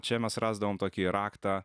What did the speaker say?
čia mes rasdavom tokį raktą